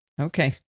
Okay